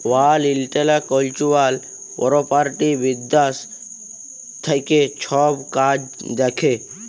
world intellectual property বিদ্যাশ থ্যাকে ছব কাজ দ্যাখে